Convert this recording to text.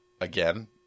again